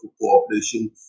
cooperation